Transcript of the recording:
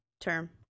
term